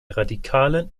radikalen